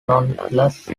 nonetheless